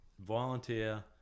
volunteer